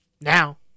now